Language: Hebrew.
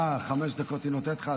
אה, חמש דקות היא נותנת לך.